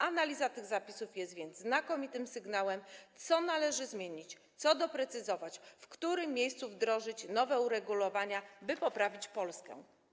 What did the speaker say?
Analiza tych zapisów jest więc znakomitym sygnałem, co należy zmienić, co doprecyzować, w którym miejscu wdrożyć nowe uregulowania, by poprawić Polskę.